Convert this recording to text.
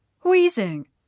Wheezing